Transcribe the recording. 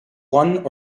one